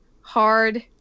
hard